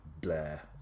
Blair